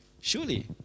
Surely